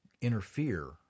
interfere